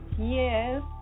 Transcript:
Yes